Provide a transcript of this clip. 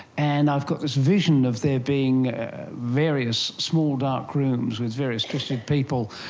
and i've got this vision of there being various small dark rooms with various twisted people,